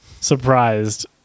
surprised